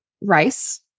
rice